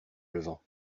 levant